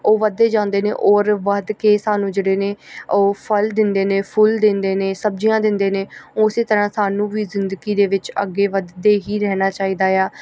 ਉਹ ਵੱਧਦੇ ਜਾਂਦੇ ਨੇ ਔਰ ਵੱਧ ਕੇ ਸਾਨੂੰ ਜਿਹੜੇ ਨੇ ਉਹ ਫਲ ਦਿੰਦੇ ਨੇ ਫੁੱਲ ਦਿੰਦੇ ਨੇ ਸਬਜ਼ੀਆਂ ਦਿੰਦੇ ਨੇ ਉਸੇ ਤਰ੍ਹਾਂ ਸਾਨੂੰ ਵੀ ਜ਼ਿੰਦਗੀ ਦੇ ਵਿੱਚ ਅੱਗੇ ਵੱਧਦੇ ਹੀ ਰਹਿਣਾ ਚਾਹੀਦਾ ਆ